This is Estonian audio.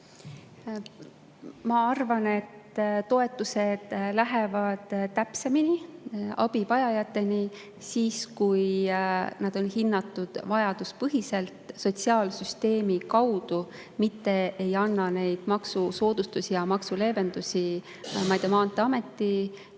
Ma arvan, et toetused lähevad täpsemini abivajajateni siis, kui neid hinnatakse vajaduspõhiselt sotsiaalsüsteemi kaudu, mitte ei anta maksusoodustusi ja maksuleevendusi maanteeameti